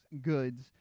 goods